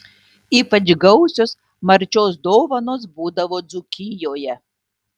ypač gausios marčios dovanos būdavo dzūkijoje